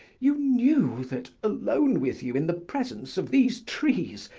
you knew that, alone with you in the presence of these trees,